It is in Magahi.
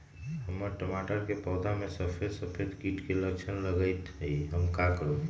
हमर टमाटर के पौधा में सफेद सफेद कीट के लक्षण लगई थई हम का करू?